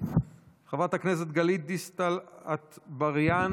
חברת הכנסת גלית דיסטל אטבריאן,